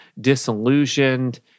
disillusioned